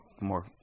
more